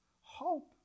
Hope